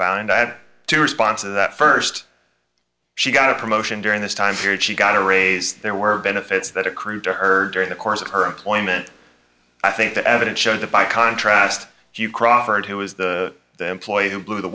found i had to respond to that st she got a promotion during this time period she got a raise there were benefits that accrue to her during the course of her employment i think the evidence showed that by contrast you crawford who was the employee who blew the